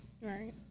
Right